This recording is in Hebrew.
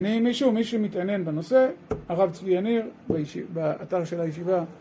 אם מישהו מתעניין בנושא, הרב צבי יניר באתר של הישיבה